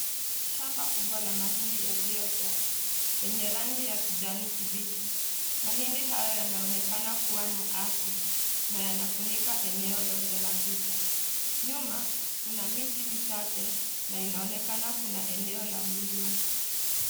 Shamba kubwa la mahindi yaliyojaa, yenye rangi ya kijani kibichi. Mahindi hayo yanaonekana kuwa na afya na yanafunika eneo lote la picha. Nyuma, kuna miti michache na inaonekana kuna eneo la mlima.